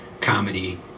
comedy